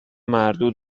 مردود